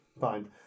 fine